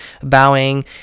bowing